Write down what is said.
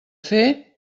fer